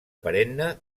perenne